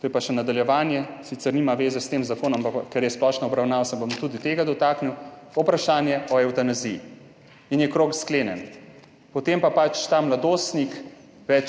to je pa še nadaljevanje, sicer nima zveze s tem zakonom, ampak ker je splošna obravnava, se bom tudi tega dotaknil, vprašanje o evtanaziji. In je krog sklenjen. Potem pač ta mladostnik ne